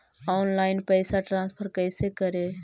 Online पैसा transfer कैसे करे?